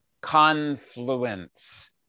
confluence